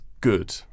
good